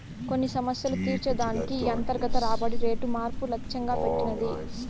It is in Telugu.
కొన్ని సమస్యలు తీర్చే దానికి ఈ అంతర్గత రాబడి రేటు మార్పు లచ్చెంగా పెట్టినది